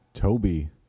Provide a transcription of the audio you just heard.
Toby